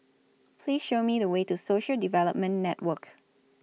Please Show Me The Way to Social Development Network